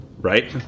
right